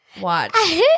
watch